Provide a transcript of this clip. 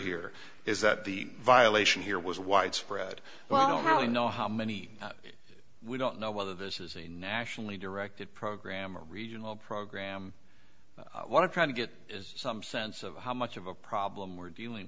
here is that the violation here was widespread but i don't really know how many we don't know whether this is a nationally directed program or a regional program one of trying to get some sense of how much of a problem we're dealing